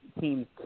teams